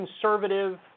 conservative